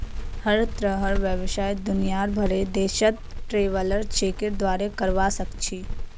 हर तरहर व्यवसाय दुनियार भरेर देशत ट्रैवलर चेकेर द्वारे करवा सख छि